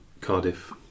Cardiff